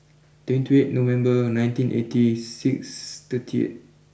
twenty eight November nineteen eighty six thirty eight